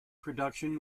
production